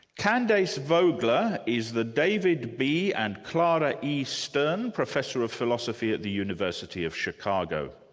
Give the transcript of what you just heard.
candace vogler is the david b. and clara e. stern professor of philosophy at the university of chicago.